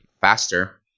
faster